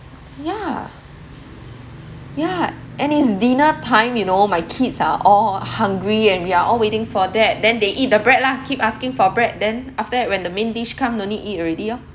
yeah yeah and it's dinner time you know my kids are all hungry and we are all waiting for that then they eat the bread lah keep asking for bread then after that when the main dish come no need eat already orh